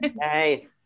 Hey